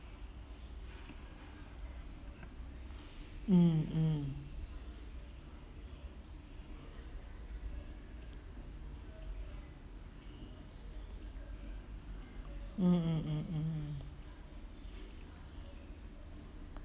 mm mm mmhmm